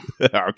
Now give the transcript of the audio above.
Okay